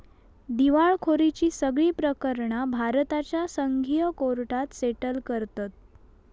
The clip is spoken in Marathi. दिवळखोरीची सगळी प्रकरणा भारताच्या संघीय कोर्टात सेटल करतत